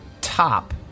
top